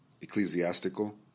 ecclesiastical